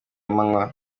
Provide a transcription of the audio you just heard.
amanywa